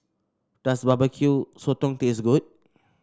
does Barbecue Sotong taste good